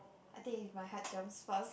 I think is my heart jumps fast